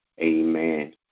amen